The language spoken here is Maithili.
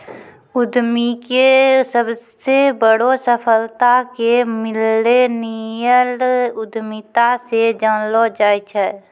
उद्यमीके सबसे बड़ो सफलता के मिल्लेनियल उद्यमिता से जानलो जाय छै